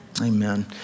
Amen